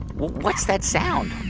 what's that sound? oh,